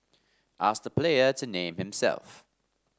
ask the player to name himself